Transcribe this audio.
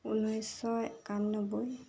ঊনৈছশ একান্নব্বৈ